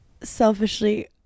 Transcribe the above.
Selfishly